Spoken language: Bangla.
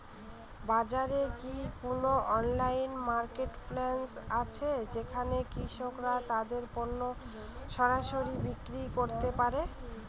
বাজারে কি কোন অনলাইন মার্কেটপ্লেস আছে যেখানে কৃষকরা তাদের পণ্য সরাসরি বিক্রি করতে পারে?